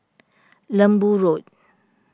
Lembu Road